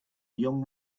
young